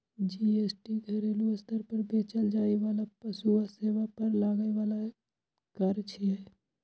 GST घरेलू स्तर पर बेचल जाइ बला वस्तु आ सेवा पर लागै बला कर छियै